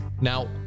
Now